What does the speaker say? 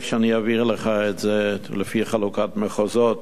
שאני אעביר לך את זה לפי חלוקת מחוזות,